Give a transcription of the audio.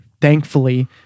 thankfully